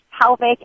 pelvic